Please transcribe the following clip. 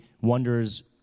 wonders